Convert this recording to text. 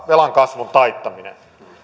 velan kasvun taittaminen